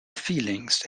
feelings